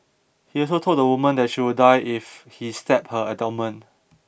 he also told the woman that she would die if he stabbed her abdomen